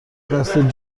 قصد